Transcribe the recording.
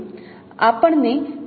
આપણે શું જોઈએ